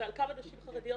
ועל כמה נשים חרדיות